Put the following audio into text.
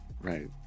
Right